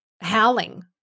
howling